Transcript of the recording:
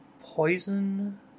Poison